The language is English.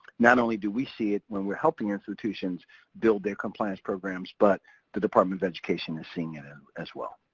not only do we see it when we're helping institutions build their compliance programs, but the department of education is seeing it as well.